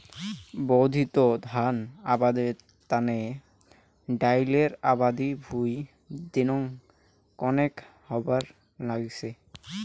বর্ধিত ধান আবাদের তানে ডাইলের আবাদি ভুঁই দিনং কণেক হবার নাইগচে